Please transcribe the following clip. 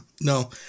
no